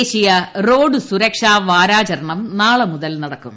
ദേശീയ റോഡ് സുരക്ഷാവാരാചരണം നാളെ മുതൽ നടക്കും